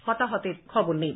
হতাহতের খবর নেই